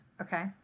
Okay